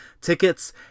Tickets